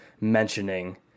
mentioning